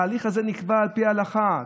ההליך הזה נקבע על פי ההלכה.